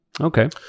Okay